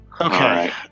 Okay